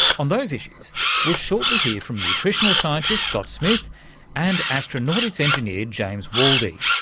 on those issues we'll shortly hear from nutritional scientist scott smith and astronautics engineer james waldie.